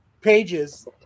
pages